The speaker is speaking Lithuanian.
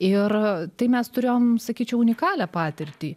ir tai mes turėjom sakyčiau unikalią patirtį